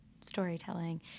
storytelling